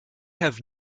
have